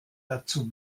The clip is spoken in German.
dazu